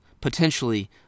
potentially